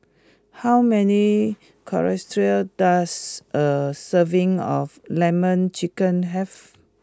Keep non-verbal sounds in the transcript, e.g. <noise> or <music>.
how many <unintelligible> does a serving of Lemon Chicken have